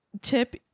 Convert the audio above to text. Tip